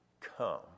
come